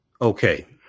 Okay